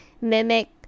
mimic